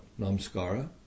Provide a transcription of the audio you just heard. Namaskara